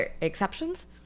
exceptions